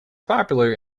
popular